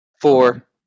Four